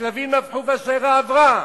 הכלבים נבחו והשיירה עברה.